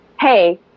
hey